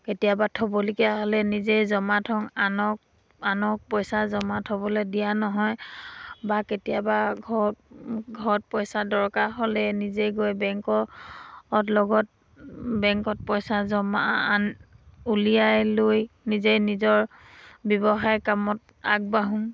কেতিয়াবা থ'বলগীয়া হ'লে নিজেই জমা থওঁ আনক আনক পইচা জমা থ'বলৈ দিয়া নহয় বা কেতিয়াবা ঘৰত ঘৰত পইচা দৰকাৰ হ'লে নিজে গৈ বেংকত লগত বেংকত পইচা জমা আন উলিয়াই লৈ নিজে নিজৰ ব্যৱসায় কামত আগবাঢ়োঁ